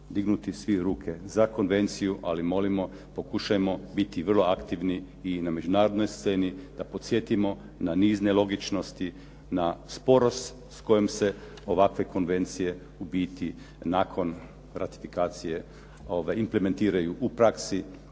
dignuti svi ruke za konvenciju, ali molimo pokušajmo biti vrlo aktivni i na međunarodnoj sceni, da podsjetimo na niz nelogičnosti, na sporost s kojom se ovakve konvencije ubiti nakon ratifikacije implementiraju u praksi